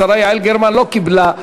לקידום מעמד האישה להכנתה לקריאה ראשונה.